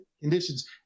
conditions